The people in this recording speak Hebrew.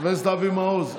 חבר הכנסת אבי מעוז,